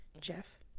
jeff